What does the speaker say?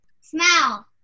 Smell